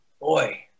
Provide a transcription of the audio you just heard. Boy